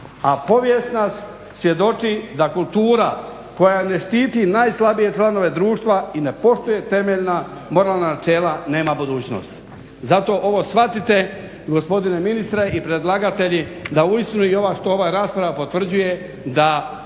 A povijest svjedoči da kultura koje ne štiti najslabije članove društva i ne poštuje temeljna moralna načela nema budućnosti. Zato ovo shvatite gospodine ministre i predlagatelji da uistinu što i ova rasprava potvrđuje da